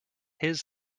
his